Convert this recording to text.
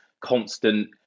constant